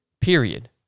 period